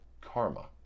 karma